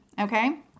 okay